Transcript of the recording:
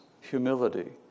humility